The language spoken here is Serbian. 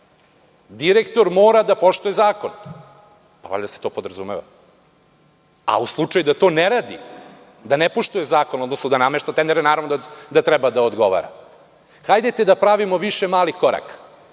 direktor mora da poštuje zakon. Valjda se to podrazumeva, a u slučaju da to ne radi, da ne poštuje zakon, da namešta tendere, naravno da treba da odgovara. Hajde da pravimo više malih koraka,